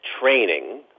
training